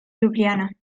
liubliana